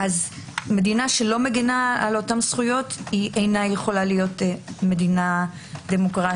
מדינה שלא מגנה על אותן זכויות לא יכולה להיות מדינה דמוקרטית.